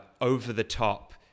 over-the-top